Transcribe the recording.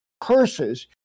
curses